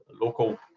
local